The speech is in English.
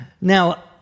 Now